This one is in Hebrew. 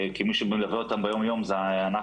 כי מי שמלווה אותם ביום-יום זה אנחנו.